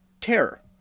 terror